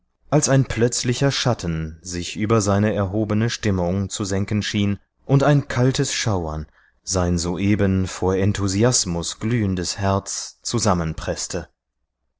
als ein plötzlicher schatten sich über seine erhobene stimmung zu senken schien und ein kaltes schauern sein soeben vor enthusiasmus glühendes herz